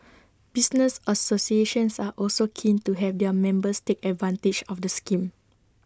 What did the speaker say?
business associations are also keen to have their members take advantage of the scheme